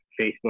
Facebook